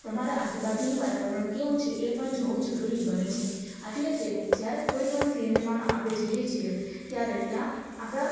તમારા આજુબાજુનું વાતાવરણ કેવું છે એ પણ જોવું જરૂરી બને છે એટલે કે જ્યારે કોઈ પણ સિનેમામાં આપણે જઈએ છીએ ત્યારે ત્યાં આપણા